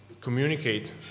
communicate